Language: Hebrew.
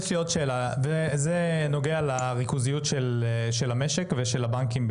יש לי עוד שאלה שנוגעת לריכוזיות של המשק ובמיוחד של הבנקים.